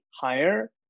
higher